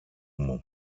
μου